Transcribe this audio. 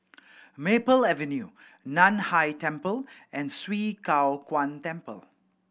Maple Avenue Nan Hai Temple and Swee Kow Kuan Temple